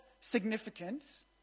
significance